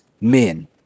men